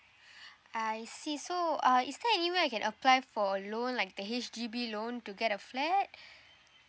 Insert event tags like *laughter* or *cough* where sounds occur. *breath* I see so uh is there anyway I can apply for a loan like the H_D_B loan to get a flat